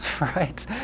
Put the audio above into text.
right